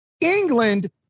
England